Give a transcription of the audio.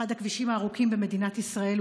אחד הכבישים הארוכים במדינת ישראל,